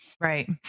Right